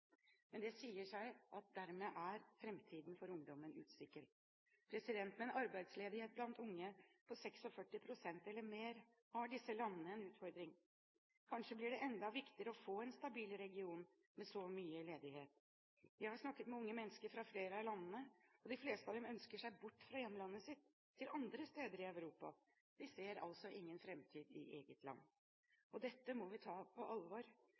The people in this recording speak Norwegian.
Men det sier seg at dermed er framtiden for ungdommen usikker. Med en arbeidsledighet blant unge på 46 pst. eller mer har disse landene en utfordring. Kanskje blir det enda vanskeligere å få en stabil region, med så mye ledighet. Jeg har snakket med unge mennesker fra flere av landene, og de fleste av dem ønsker seg bort fra hjemlandet sitt til andre steder i Europa. De ser altså ingen framtid i eget land. Dette må vi ta på alvor,